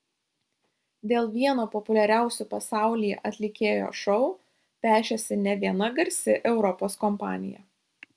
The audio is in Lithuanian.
dėl vieno populiariausių pasaulyje atlikėjo šou pešėsi ne viena garsi europos kompanija